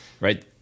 right